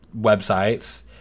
websites